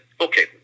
okay